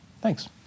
Thanks